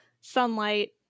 sunlight